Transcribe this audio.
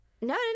no